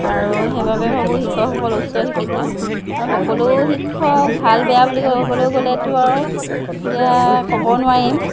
আৰু সেইবাবে ভাবোঁ শিক্ষকসকল উচ্চশিক্ষিত আৰু সকলো শিক্ষক ভাল বেয়া বুলি ক'বলৈ গ'লেতো আৰু এতিয়া ক'ব নোৱাৰিম